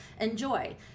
enjoy